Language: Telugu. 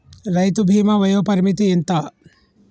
రైతు బీమా వయోపరిమితి ఎంత?